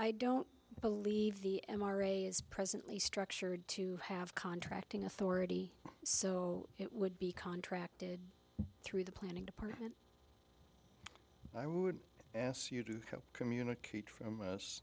i don't believe the m r a is presently structured to have contracting authority so it would be contracted through the planning department i would ask you to communicate from